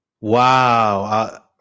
wow